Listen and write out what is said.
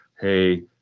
hey